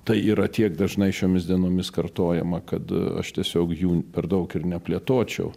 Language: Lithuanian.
tai yra tiek dažnai šiomis dienomis kartojama kad aš tiesiog jų per daug ir ne plėtočiau